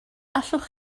allwch